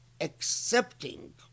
accepting